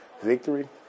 victory